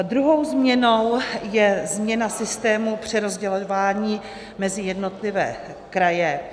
Druhou změnou je změna systému přerozdělování mezi jednotlivé kraje.